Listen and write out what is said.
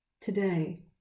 Today